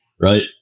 right